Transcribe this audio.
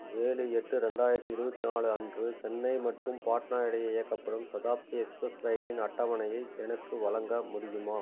ஏழு எட்டு ரெண்டாயிரத்து இருபத்தி நாலு அன்று சென்னை மற்றும் பாட்னா இடையே இயக்கப்படும் சதாப்தி எக்ஸ்பிரஸ் ரயிலின் அட்டவணையை எனக்கு வழங்க முடியுமா